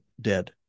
dead